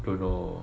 don't know